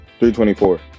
324